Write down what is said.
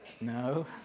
No